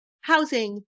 housing